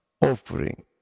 offering